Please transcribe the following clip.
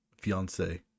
Fiance